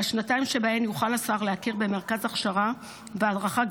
והשנתיים שבהן יוכל השר להכיר במרכז הכשרה והדרכה,